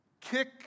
kick